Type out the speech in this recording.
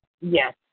Yes